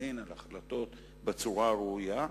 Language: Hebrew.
פסקי-דין והחלטות בצורה הראויה,